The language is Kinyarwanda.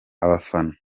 abafana